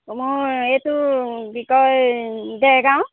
মোৰ এইটো কি কয় দেৰগাঁও